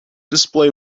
display